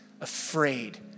afraid